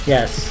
Yes